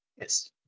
Yes